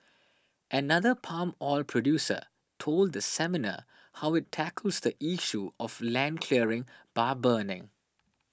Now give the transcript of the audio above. another palm oil producer told the seminar how it tackles the issue of land clearing by burning